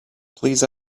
please